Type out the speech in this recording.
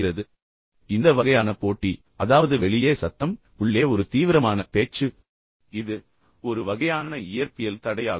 எனவே இந்த வகையான போட்டி அதாவது வெளியே சத்தம் பின்னர் உள்ளே ஒரு தீவிரமான பேச்சு இது ஒரு வகையான இயற்பியல் தடையாகும்